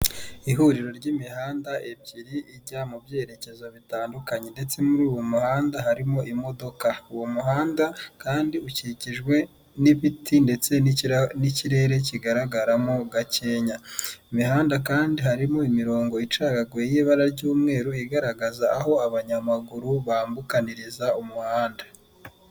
Ihuriro ry'imihanda ebyiri ijya mu byerekezo bitandukanye ndetse muri uwo muhanda harimo imodoka uwo muhanda kandi ukikijwe n'ibiti ndetse n'ikirere kigaragaramo gakenya imihanda, kandi harimo imirongo icagaguye y'ibara ry'umweru igaragaza aho abanyamaguru bambukaniriza umuhanda.